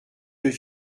deux